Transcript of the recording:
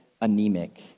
anemic